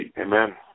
Amen